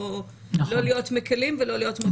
לא להיות מקלים ולא להיות מקפידים.